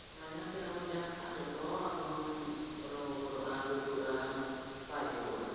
ᱚᱱᱟ ᱡᱟᱦᱟᱸ ᱛᱤᱱᱟᱹᱜ ᱵᱚᱱ ᱪᱟᱥ ᱠᱟᱜᱼᱟ ᱚᱱᱟ ᱡᱚᱛᱚ ᱮᱠᱫᱚᱢ ᱨᱚᱸᱜᱚ ᱜᱚᱫᱚᱜᱼᱟ ᱜᱩᱡᱩᱜᱼᱟ ᱵᱟᱭ ᱦᱩᱭᱩᱜᱼᱟ